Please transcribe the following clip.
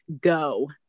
go